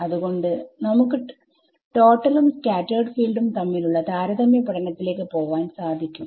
അതുകൊണ്ട് ഇപ്പോൾ നമുക്ക് ടോട്ടലും സ്കാറ്റെർഡ് ഫീൽഡും തമ്മിലുള്ള താരതമ്യ പഠനത്തിലേക്ക് പോവാൻ സാധിക്കും